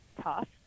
tough